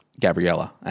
Gabriella